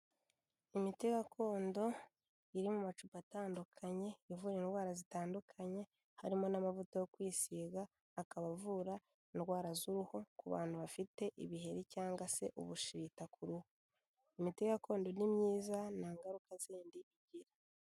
Imiti gakondo iri mu macupa atandukanye, ivura indwara zitandukanye. Harimo n'amavuta yo kwisiga, akaba avura indwara z'uruhu ku bantu bafite ibiheri cyangwa se ubushita ku ruhu. Imiti gakondo ni myiza nta ngaruka zindi igira.